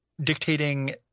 dictating